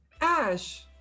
Ash